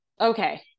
Okay